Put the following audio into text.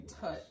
Touch